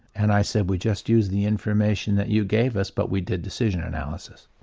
and i said we just use the information that you gave us but we did decision analysis.